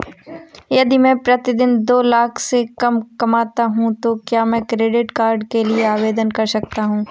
यदि मैं प्रति वर्ष दो लाख से कम कमाता हूँ तो क्या मैं क्रेडिट कार्ड के लिए आवेदन कर सकता हूँ?